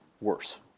worse